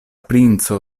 princo